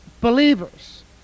Believers